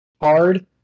Hard